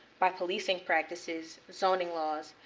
by policing practices, zoning laws,